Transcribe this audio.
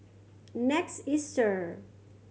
Next Easter